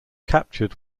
captured